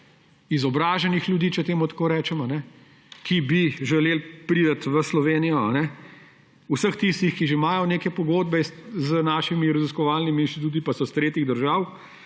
izobraženih ljudi, če temu tako rečemo, ki bi želeli priti v Slovenijo –, vseh tistih, ki že imajo neke pogodbe z našimi raziskovalnimi inštituti, pa so iz tretjih držav,